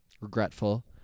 regretful